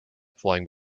flying